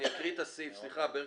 אני אקריא את הסעיף בחוק: